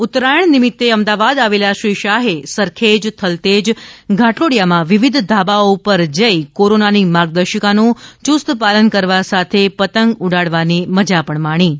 ઉત્તરાથણ નિમિત્ત અમદાવાદ આવેલા શ્રી શાહે સરખેજ થલતેજ ઘાટલોડિયામાં વિવિધ ધાબાઓ પર જઇ કોરોનાની માર્ગદર્શિકાનું યુસ્ત પાલન કરવા સાથે પતંગ ઉડાવવાની મજા પણ માણી હતી